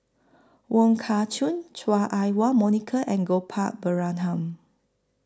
Wong Kah Chun Chua Ah Huwa Monica and Gopal Baratham